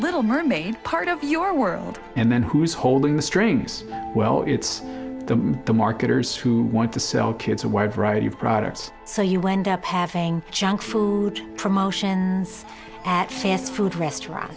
little mermaid part of your world and then who is holding the strings well it's the marketers who want to sell kids a wide variety of products so you wind up having junk food promotions at fast food restaurant